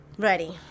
Ready